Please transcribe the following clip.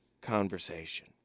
conversation